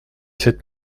sept